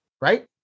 right